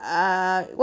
uh